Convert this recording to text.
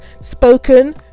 spoken